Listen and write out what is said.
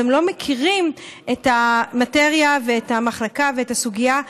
אז הם לא מכירים את המאטריה ואת המחלקה ואת הסוגיה.